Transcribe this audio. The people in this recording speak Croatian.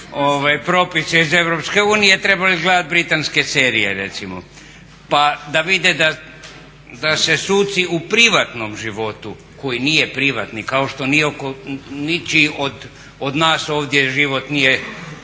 propise iz EU trebali gledati britanske serije recimo, pa da vide da se suci u privatnom životu koji nije privatni kao što ni ničiji od nas ovdje život nije